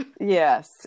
Yes